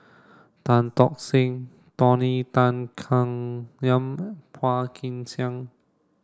Tan Tock Seng Tony Tan Keng Yam Phua Kin Siang